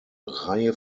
reihe